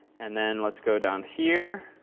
and then let's go down here.